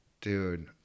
Dude